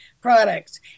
products